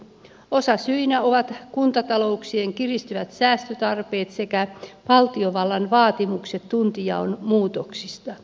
osasyinä ovat kuntatalouksien kiristyvät säästötarpeet sekä valtiovallan vaatimukset tuntijaon muutoksista